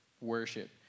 worship